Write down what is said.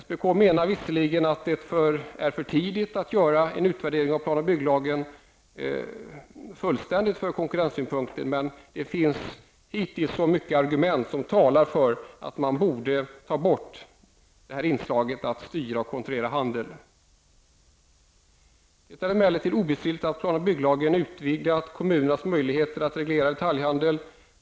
SPK menar visserligen att det är för tidigt att göra en fullständig utvärdering av plan och bygglagen från konkurrenssynpunkt, men det finns nu många argument som talar för att man borde ta bort inslaget att styra och kontrollera handeln. Det är emellertid obestridligt att plan och bygglagen utvidgat kommunernas möjligheter att reglera detaljhandeln.